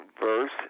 verse